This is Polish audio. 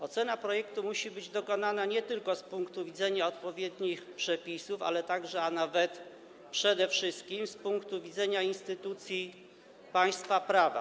Ocena projektu musi być dokonana nie tylko z punktu widzenia odpowiednich przepisów, ale także, a nawet przede wszystkim, z punktu widzenia instytucji państwa prawa.